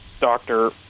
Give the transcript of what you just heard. Doctor